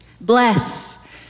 Bless